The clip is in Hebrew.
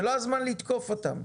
זה לא הזמן לתקוף אותם.